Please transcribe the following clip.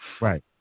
Right